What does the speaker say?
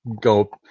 go